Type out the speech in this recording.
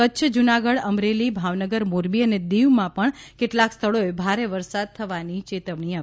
કચ્છ જૂનાગઢ અમરેલી ભાવનગર મોરબી અને દીવમાં પણ કેટલાંક સ્થળોએ ભારે વરસાદ થવાની ચેતવણી અપાઈ છે